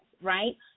right